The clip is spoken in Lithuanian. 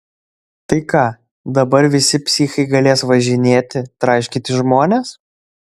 tai ką dabar visi psichai galės važinėti traiškyti žmones